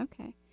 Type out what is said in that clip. Okay